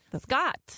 Scott